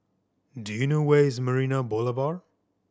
do you know where is Marina Boulevard